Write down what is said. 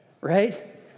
right